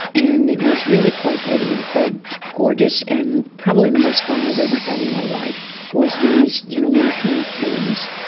and it was really quite heady and quite gorgeous, and probably the most fun i've ever had in my life was these you know little campaigns.